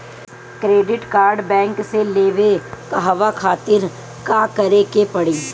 Credit card bank से लेवे कहवा खातिर का करे के पड़ी?